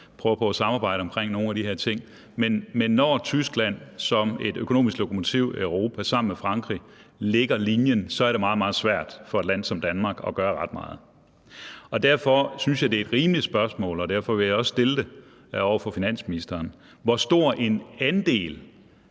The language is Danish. prøver på at samarbejde omkring nogle af de her ting, egentlig også, men når Tyskland som et økonomisk lokomotiv i Europa sammen med Frankrig lægger linjen, er det meget, meget svært for et land som Danmark at gøre ret meget. Derfor synes jeg, det er et rimeligt spørgsmål, og derfor vil jeg også stille det her over for finansministeren: Hvor stor en andel